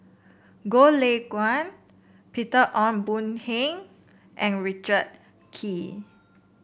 Goh Lay Kuan Peter Ong Boon and Richard Kee